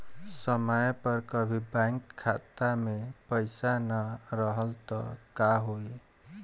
समय पर कभी बैंक खाता मे पईसा ना रहल त का होई?